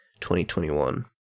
2021